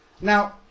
Now